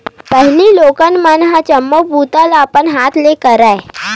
पहिली लोगन मन ह जम्मो बूता ल अपन हाथ ले करय